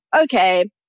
okay